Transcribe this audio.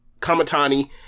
kamatani